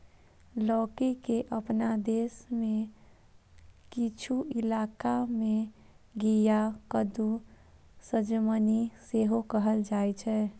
लौकी के अपना देश मे किछु इलाका मे घिया, कद्दू, सजमनि सेहो कहल जाइ छै